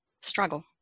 struggle